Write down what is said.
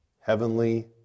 heavenly